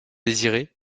désiré